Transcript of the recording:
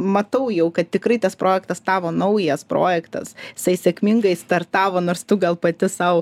matau jau kad tikrai tas projektas tavo naujas projektas isai sėkmingai startavo nors tu gal pati sau